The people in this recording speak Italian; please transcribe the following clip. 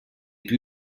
più